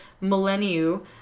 millennium